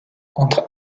entre